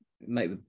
make